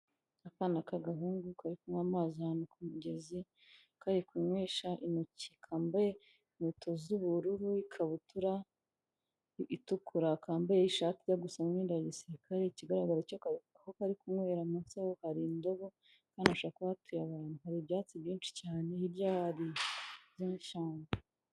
Akana k'agahungu kari kunywa amazi ahantu ku mugezi, kari kunywesha intoki. Kambaye inkweto z'ubururu n'ikabutura itukura. Kambaye ishati ijya gusa n'imyenda ya gisirikare, ikigaragara cyo aho kari kunywera munsi yaho hari indobo kandi hashobora kuba hatuye abantu. Hari ibyatsi byinshi cyane hirya hameze nk'ishyamba.